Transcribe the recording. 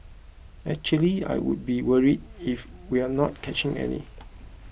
actually I would be worried if we're not catching any